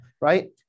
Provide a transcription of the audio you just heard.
right